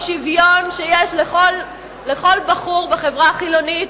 שוויון שיש לכל בחור בחברה החילונית,